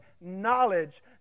knowledge